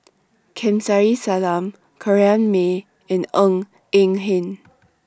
Kamsari Salam Corrinne May and Ng Eng Hen